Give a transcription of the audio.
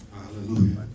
Hallelujah